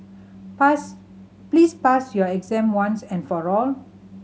pass please pass your exam once and for all